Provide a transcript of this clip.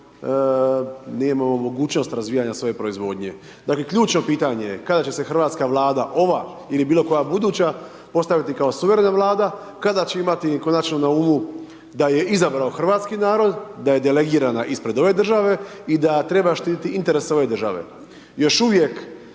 nemamo mogućnost razvijanja svoje proizvodnje. Dakle, ključno pitanje je, kada će se hrvatska Vlada, ova ili bilo koja buduća postaviti kao suverena Vlada? Kada će imati konačno na umu da ju je izabrao hrvatski narod, da je delegirana ispred ove države i da treba štititi interese ove države? Još uvijek